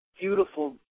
beautiful